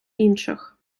інших